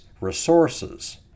resources